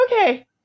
Okay